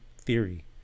theory